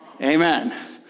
Amen